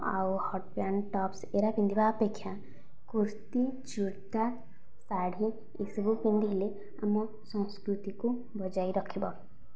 ଆଉ hot pant tops ଏଗୁଡ଼ିକ ପିନ୍ଧିବା ଅପେକ୍ଷା କୁର୍ତ୍ତୀ ଚୁଡ଼ିଦାର ଶାଢ଼ୀ ଏହି ସବୁ ପିନ୍ଧିଲେ ଆମ ସଂସ୍କୃତିକୁ ବଜାଇ ରଖିବ